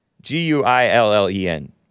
G-U-I-L-L-E-N